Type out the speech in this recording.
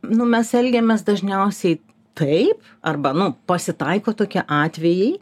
nu mes elgiamės dažniausiai taip arba nu pasitaiko tokie atvejai